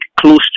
close